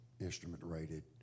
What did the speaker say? instrument-rated